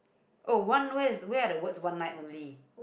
oh one where where are the words one night only